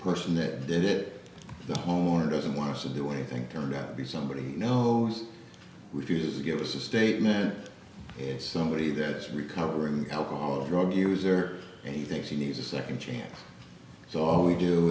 person that did it the homeowner doesn't want to do anything turned out to be somebody knows refuses to give us a statement it's somebody that is recovering alcoholic drug user and he thinks he needs a second chance so all we do